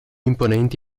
imponenti